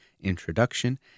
introduction